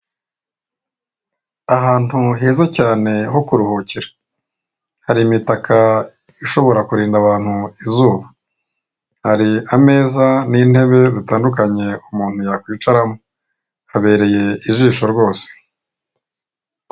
Ahantu heza cyane ho kuruhukira, hari imitaka ishobora kurinda abantu izuba, hari ameza n'intebe zitandukanye umuntu yakwicaramo, habereye ijisho rwose.